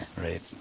Right